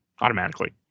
automatically